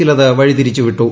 ചിലത് വഴിതിരിച്ചു വിട്ടു